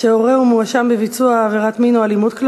שמונה בעד, אין מתנגדים, אין נמנעים.